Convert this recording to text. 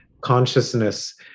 consciousness